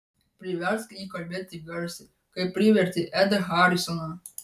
priversk jį kalbėti garsiai kaip privertei edą harisoną